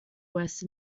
west